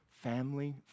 family